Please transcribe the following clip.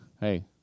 Hey